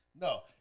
No